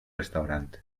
restaurant